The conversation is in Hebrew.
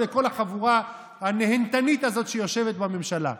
ולכל החבורה הנהנתנית הזאת שיושבת בממשלה.